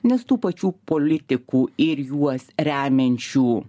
nes tų pačių politikų ir juos remiančių